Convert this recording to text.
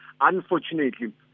unfortunately